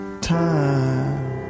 time